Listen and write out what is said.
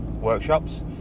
workshops